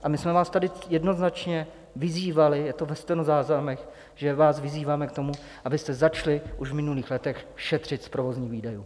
A my jsme vás tady jednoznačně vyzývali, je to ve stenozáznamech, že vás vyzýváme k tomu, abyste začali už v minulých letech šetřit z provozních výdajů.